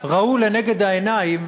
ראו לנגד העיניים